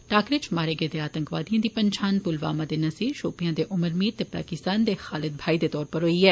टाकरे इच मारे गेदे आतंकवादिए दी पन्छान पुलवामा दे नसीर शोपिया दे उमर मीर ते पाकिस्तान दे शालिद भाई दे तौर उप्पर होई गेई